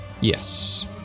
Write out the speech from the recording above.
Yes